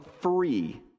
free